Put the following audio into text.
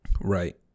Right